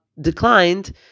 declined